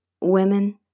women